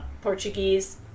Portuguese